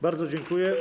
Bardzo dziękuję.